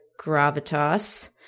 gravitas